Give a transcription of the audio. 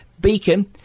Beacon